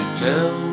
tell